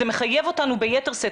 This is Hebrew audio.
זה מחייב אותנו ביתר שאת.